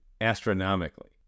astronomically